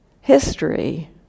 history